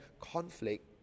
conflict